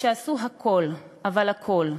שעשו הכול, אבל הכול,